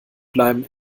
bleiben